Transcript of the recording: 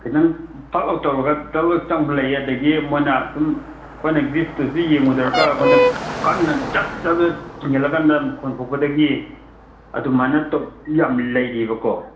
ꯈꯤꯇꯪ ꯇꯛ ꯂꯥꯎ ꯇꯧꯔꯒ ꯗꯛ ꯂꯥꯎꯅ ꯆꯪꯕ ꯂꯩꯌꯦ ꯑꯗꯒꯤ ꯃꯣꯏꯅ ꯁꯨꯝ ꯑꯩꯈꯣꯏꯅ ꯒ꯭ꯔꯤꯁꯇꯨꯁꯨ ꯌꯦꯡꯕ ꯗꯔꯀꯥꯔ ꯑꯣꯏ ꯀꯟꯅ ꯖꯕ ꯖꯕ ꯖꯕ ꯊꯤꯡꯖꯤꯜꯂ ꯀꯥꯟꯗ ꯃꯈꯣꯟ ꯊꯣꯛꯄꯗꯒꯤ ꯑꯗꯨꯃꯥꯏꯅ ꯇꯧꯈꯤꯕꯁꯨ ꯌꯥꯝ ꯂꯩꯔꯤꯕꯀꯣ